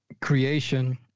creation